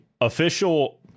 official